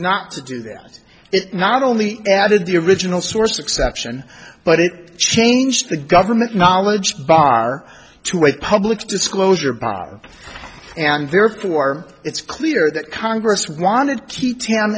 not to do that it not only added the original source exception but it changed the government knowledge bar to a public disclosure bar and therefore it's clear that congress wan